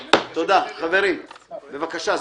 תודה, חברים, בבקשה.